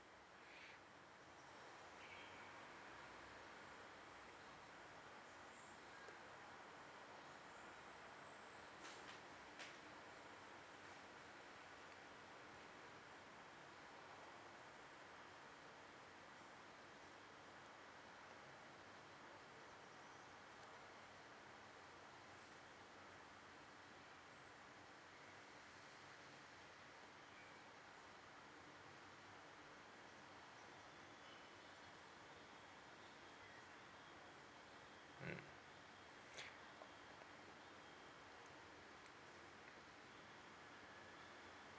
mm